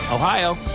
Ohio